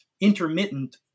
intermittent